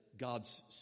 God's